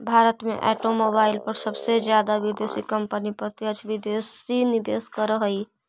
भारत में ऑटोमोबाईल पर सबसे जादा विदेशी कंपनियां प्रत्यक्ष विदेशी निवेश करअ हई